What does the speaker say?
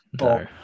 No